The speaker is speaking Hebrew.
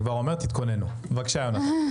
תודה רבה, אדוני היושב-ראש.